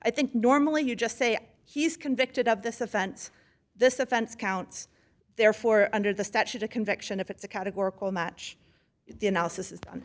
i think normally you just say he's convicted of this offense this offense counts therefore under the statute a conviction if it's a categorical match the analysis